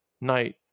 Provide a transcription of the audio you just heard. night